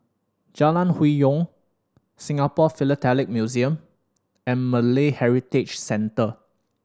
Jalan Hwi Yoh Singapore Philatelic Museum and Malay Heritage Centre